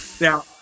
Now